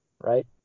right